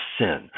sin